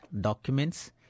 documents